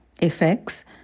effects